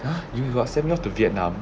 you you got send me off to vietnam